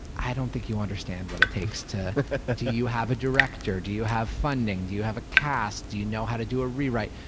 i don't think you understand what it takes. do you have a director? do you have funding? do you have a cast? do you know how to do a rewrite?